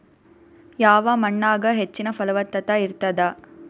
ಯಾವ ಮಣ್ಣಾಗ ಹೆಚ್ಚಿನ ಫಲವತ್ತತ ಇರತ್ತಾದ?